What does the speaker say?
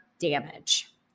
damage